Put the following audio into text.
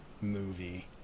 movie